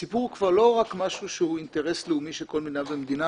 הסיפור הוא כבר לא רק משהו שהוא אינטרס לאומי של כל מדינה ומדינה.